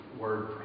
word